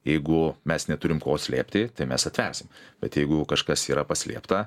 jeigu mes neturim ko slėpti tai mes atversim bet jeigu kažkas yra paslėpta